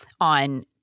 on